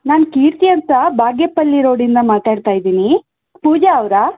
ನಾನು ಕೀರ್ತಿ ಅಂತ ಬಾಗೇಪಲ್ಲಿ ರೋಡಿಂದ ಮಾತಾಡ್ತಾ ಇದ್ದೀನಿ ಪೂಜಾ ಅವರಾ